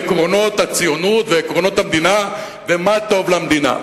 עקרונות הציונות ואת עקרונות המדינה ומה טוב למדינה.